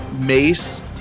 mace